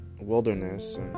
wilderness